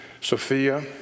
Sophia